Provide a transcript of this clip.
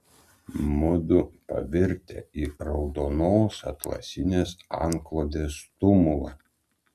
mudu pavirtę į raudonos atlasinės antklodės tumulą